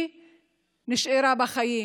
היא נשארה בחיים,